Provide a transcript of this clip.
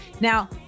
Now